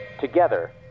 Together